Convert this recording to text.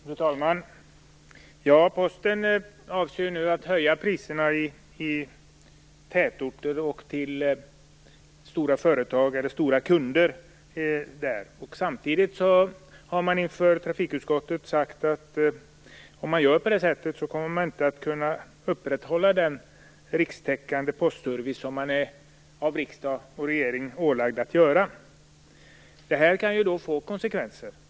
Fru talman! Posten avser alltså att sänka priserna i tätorter och för stora företag, stora kunder, där. Samtidigt har man inför trafikutskottet sagt att om det sker kommer det inte att vara möjligt att upprätthålla den rikstäckande postservice som Posten av riksdag och regering blivit ålagd att göra. Om det är på det sättet kan det få konsekvenser.